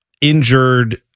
injured